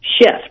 shift